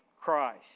Christ